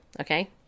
okay